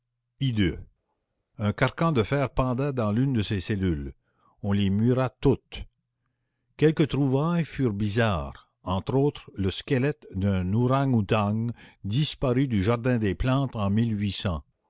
un carcan de fer pendait dans l'une de ces cellules on les mura toutes quelques trouvailles furent bizarres entre autres le squelette d'un orang-outang disparu du jardin des plantes en